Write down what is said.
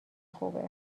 خوبه